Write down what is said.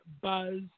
Buzz